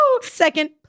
Second